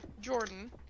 Jordan